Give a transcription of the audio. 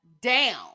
down